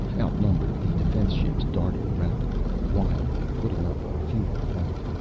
outnumbered, the defense ships darted rapidly, wildly, putting up a futile fight.